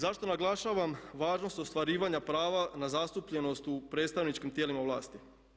Zašto naglašavam važnost ostvarivanja prava na zastupljenost u predstavničkim tijelima vlasti?